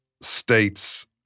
states